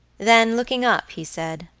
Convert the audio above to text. then looking up, he said